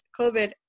COVID